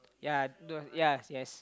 ya don't want ya yes